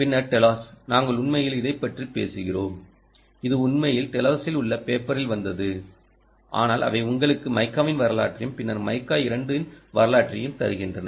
பின்னர் டெலோஸ் நாங்கள் உண்மையில் இதைப் பற்றி பேசுகிறோம் இது உண்மையில் டெலோஸில் உள்ள பேப்பரில் வந்தது ஆனால் அவை உங்களுக்கு மைக்காவின் வரலாற்றையும் பின்னர் மைக்கா 2வின் வரலாற்றையும் தருகின்றன